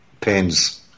pens